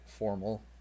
Formal